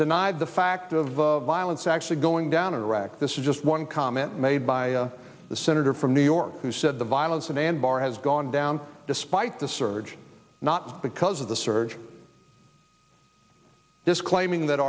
denied the fact of the violence actually going down in iraq this is just one comment made by the senator from new york who said the violence in anbar has gone down despite the surge not because of the surge this claiming that